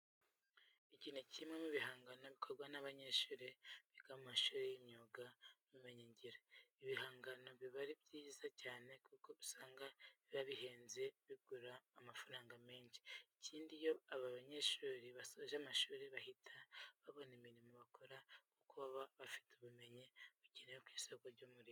Iki ni kimwe mu bihangano bikorwa n'abanyeshuri biga mu mashuri y'imyuga n'ubumenyingiro. Ibi bigangano biba ari byiza cyane kuko usanga biba bihenze bigura amafaranga menshi. Ikindi iyo aba banyeshuri basoje amashuri bahita babona imirimo bakora kuko baba bafite ubumenyi bukenewe ku isoko ry'umurimo.